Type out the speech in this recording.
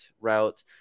route